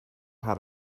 how